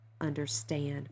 understand